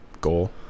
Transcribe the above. goal